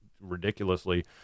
ridiculously